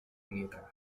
pietra